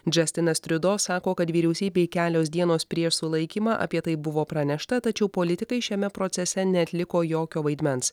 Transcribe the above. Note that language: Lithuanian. džestinas triudo sako kad vyriausybei kelios dienos prieš sulaikymą apie tai buvo pranešta tačiau politikai šiame procese neatliko jokio vaidmens